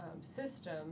system